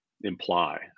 imply